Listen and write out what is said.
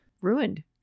ruined